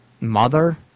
mother